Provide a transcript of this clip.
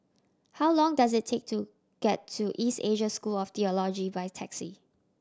how long does it take to get to East Asia School of Theology by taxi